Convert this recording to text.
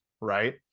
Right